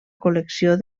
col·lecció